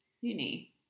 uni